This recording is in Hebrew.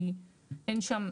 כי אין שם,